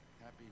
Happy